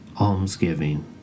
almsgiving